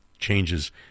changes